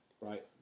right